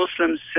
Muslims